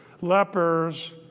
lepers